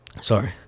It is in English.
sorry